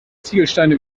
ziegelsteine